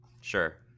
Sure